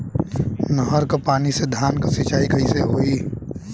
नहर क पानी से धान क सिंचाई कईसे होई?